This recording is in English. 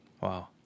Wow